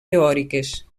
teòriques